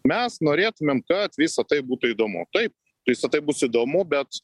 mes norėtumėm kad visa tai būtų įdomu taip visa tai bus įdomu bet